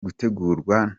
gutegurwa